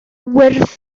wyrdd